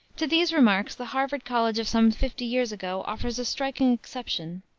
to these remarks the harvard college of some fifty years ago offers a striking exception.